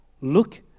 look